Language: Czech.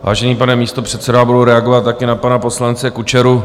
Vážený pane místopředsedo, já budu reagovat taky na pana poslance Kučeru.